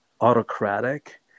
autocratic